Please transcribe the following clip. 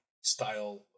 style